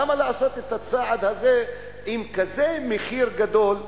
למה לעשות את הצעד הזה עם כזה מחיר גדול,